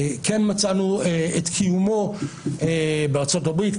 כן מצאנו את קיומו בארצות הברית,